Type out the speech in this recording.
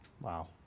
Wow